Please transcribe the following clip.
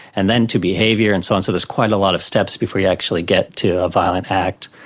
and then to behaviour and so on, so there's quite a lot of steps before you actually get to a violent act.